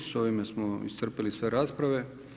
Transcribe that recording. S ovime smo iscrpili sve rasprave.